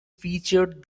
featured